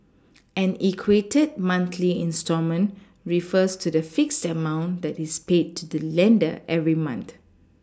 an equated monthly instalment refers to the fixed amount that is paid to the lender every month